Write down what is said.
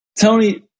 Tony